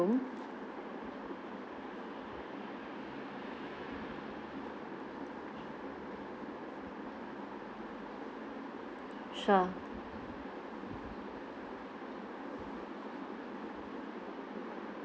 ~om sure